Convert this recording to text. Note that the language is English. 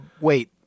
Wait